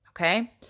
okay